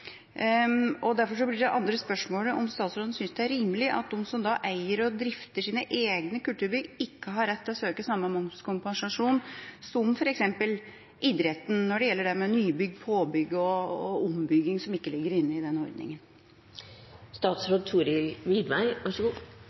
kulturbygg. Derfor blir det andre spørsmålet om statsråden synes det er rimelig at de som eier og drifter sine egne kulturbygg, ikke har rett til å søke samme momskompensasjon som f.eks. idretten når det gjelder nybygg, påbygg og ombygging, som ikke ligger inne i